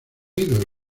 individuo